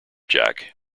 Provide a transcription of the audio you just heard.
jack